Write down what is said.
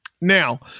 Now